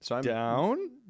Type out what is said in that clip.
Down